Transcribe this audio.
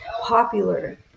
popular